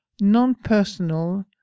non-personal